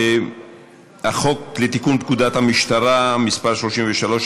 החוק לתיקון פקודת המשטרה (מס' 33),